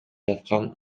жаткан